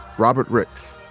robert ricks,